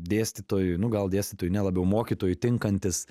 dėstytojui nu gal dėstytojui ne labiau mokytojui tinkantis